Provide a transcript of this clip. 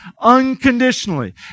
unconditionally